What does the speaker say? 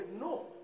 No